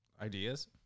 ideas